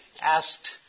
asked